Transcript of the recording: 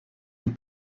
and